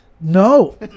No